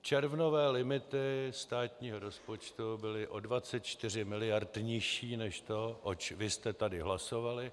Červnové limity státního rozpočtu byly o 24 mld. nižší než to, o čem vy jste tady hlasovali.